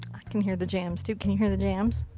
can hear the jams too. can you hear the jams?